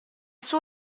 suo